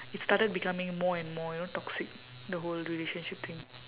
it started becoming more and more you know toxic the whole relationship thing